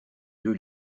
deux